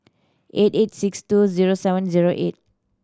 eight eight six two zero seven zero eight